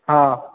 हा